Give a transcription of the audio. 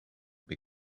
big